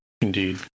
Indeed